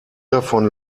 davon